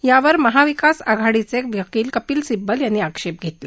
त्यावर महाविकास आघाडीचे वकील कपिल सिब्बल यांनी आक्षेप घेतला